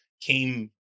came